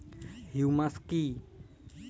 Humus কি?